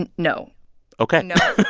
and no ok no